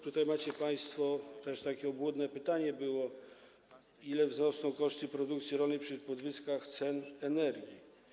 Tutaj macie państwo pytanie, też takie obłudne pytanie było, o ile wzrosną koszty produkcji rolnej przy podwyżkach cen energii.